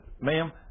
Ma'am